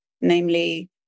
namely